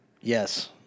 Yes